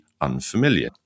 unfamiliar